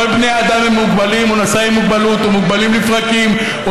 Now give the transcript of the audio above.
כל בני האדם הם מוגבלים או נשאי מוגבלות או מוגבלים לפרקים או